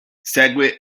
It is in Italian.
segue